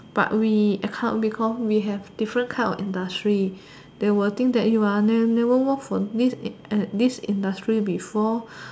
but we account because we have different kind of industry they will think that you are never work for this this industry before